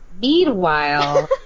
Meanwhile